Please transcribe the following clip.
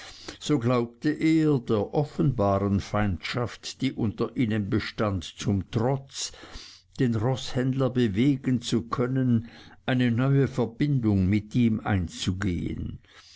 so glaubte er der offenbaren feindschaft die unter ihnen bestand zum trotz den roßhändler bewegen zu können eine neue verbindung mit ihm einzugehen